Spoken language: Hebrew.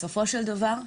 בסופו של דבר,